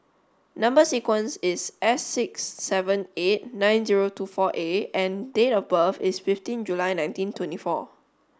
number sequence is S six seven eight nine zero two four A and date of birth is fifteen July nineteen twenty four